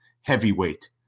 heavyweight